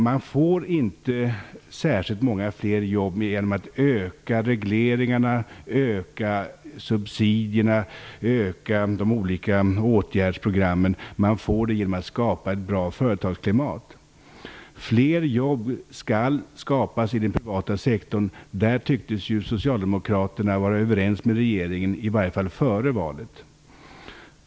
Man skapar inte särskilt många fler jobb genom att öka regleringarna, öka subsidierna, öka de olika åtgärdsprogrammen. Man får det genom att skapa ett bra företagsklimat. Fler jobb skall skapas inom den privata sektorn. Där tycktes Socialdemokraterna vara överens med den förra regeringen i varje fall före valet.